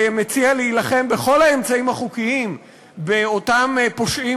ומציע להילחם בכל האמצעים החוקיים באותם פושעים